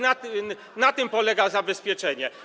Na tym polega zabezpieczenie.